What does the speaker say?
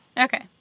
Okay